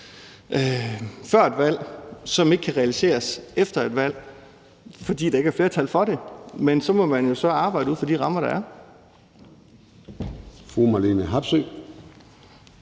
før et valg, som ikke kan realiseres efter et valg, fordi der ikke flertal for det, men så man jo arbejde inden for de rammer, der er.